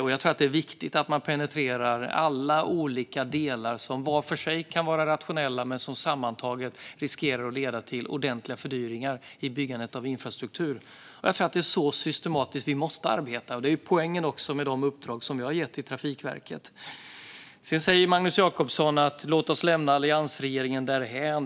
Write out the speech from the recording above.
Jag tror att det är viktigt att man i byggandet av infrastruktur penetrerar alla olika delar som var för sig kan vara rationella men som sammantaget riskerar att leda till ordentliga fördyringar. Jag tror att vi måste arbeta så systematiskt. Det är också poängen med de uppdrag som vi har gett till Trafikverket. Magnus Jacobsson säger: Låt oss lämna alliansregeringen därhän!